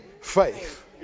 faith